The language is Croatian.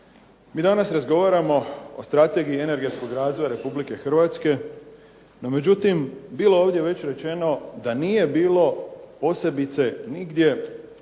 Mi danas razgovaramo o strategiji energetskog razvoja Republike Hrvatske, no međutim, bilo je ovdje već rečeno da nije bilo posebice nigdje